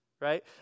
right